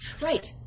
Right